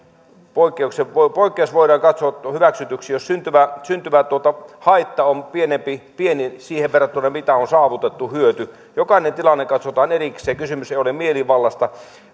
poikkeus voidaan katsoa hyväksytyksi jos syntyvä syntyvä haitta on pieni siihen verrattuna mikä on saavutettu hyöty jokainen tilanne katsotaan erikseen kysymys ei ole mielivallasta